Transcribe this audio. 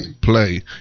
play